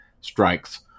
strikes